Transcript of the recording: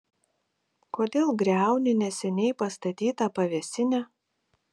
kodėl griauni neseniai pastatytą pavėsinę